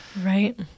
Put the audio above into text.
right